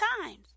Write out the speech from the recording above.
times